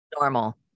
Normal